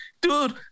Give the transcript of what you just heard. dude